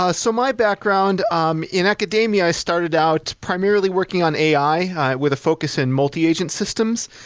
ah so my background, um in academia i started out primarily working on ai with a focus in multi-agent systems.